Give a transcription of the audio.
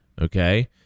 Okay